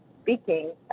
speaking